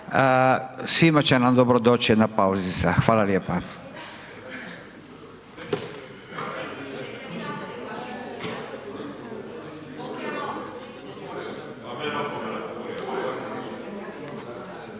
svima će nam dobro doći jedna pauzica. Hvala lijepa. STANKA